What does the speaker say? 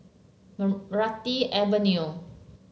Meranti Avenue